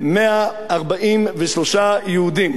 350,143 יהודים.